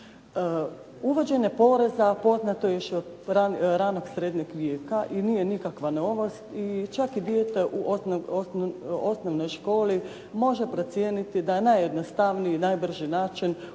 Uvođenje poreza poznato je još od ranog srednjeg vijeka i nije nikakva novost i čak dijete u osnovnoj školi može procijeniti da je najjednostavniji i najbrži način uvesti